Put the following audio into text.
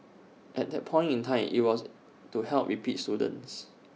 at that point in time IT was to help repeat students